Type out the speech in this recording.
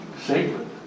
sacred